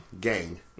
gang